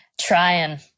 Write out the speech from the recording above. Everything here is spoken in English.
Trying